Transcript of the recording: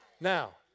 Now